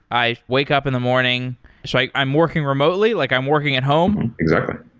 i wake up in the morning so like i'm working remotely, like i'm working at home? exactly.